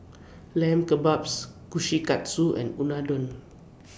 Lamb Kebabs Kushikatsu and Unadon